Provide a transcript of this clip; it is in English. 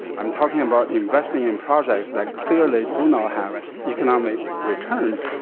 i'm talking about investing in projects that clearly do not have economic returns.